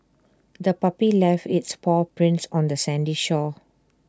the puppy left its paw prints on the sandy shore